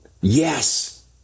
Yes